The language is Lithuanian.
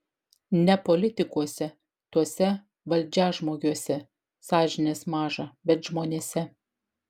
ne politikuose tuose valdžiažmogiuose sąžinės maža bet žmonėse